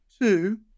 Two